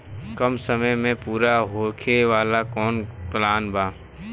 कम समय में पूरा होखे वाला कवन प्लान बा?